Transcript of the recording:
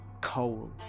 cold